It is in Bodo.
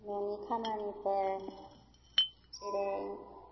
न'नि खामानिफोर जेरै